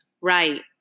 Right